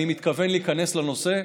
אני מתכוון להיכנס לנושא,